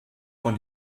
von